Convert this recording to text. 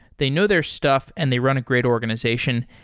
they know their stuff and they run a great organization.